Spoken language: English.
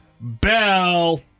bell